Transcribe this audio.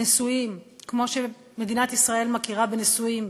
נשואים כמו שמדינת ישראל מכירה בנישואים,